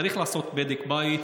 צריך לעשות בדק בית,